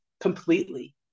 completely